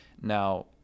Now